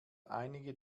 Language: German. einige